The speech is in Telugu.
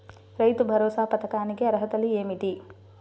రైతు భరోసా పథకానికి అర్హతలు ఏమిటీ?